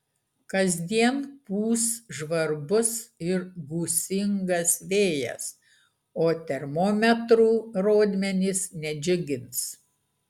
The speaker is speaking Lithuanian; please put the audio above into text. kasdien pūs žvarbus ir gūsingas vėjas o termometrų rodmenys nedžiugins